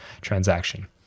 transaction